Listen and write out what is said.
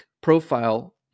profile